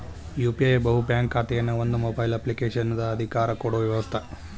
UPI ಬಹು bank ಖಾತೆಗಳನ್ನ ಒಂದ ಮೊಬೈಲ್ ಅಪ್ಲಿಕೇಶನಗ ಅಧಿಕಾರ ಕೊಡೊ ವ್ಯವಸ್ತ